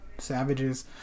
savages